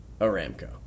Aramco